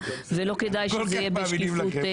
ולא כדאי שזה יהיה --- אנחנו כל כך מאמינים לכם.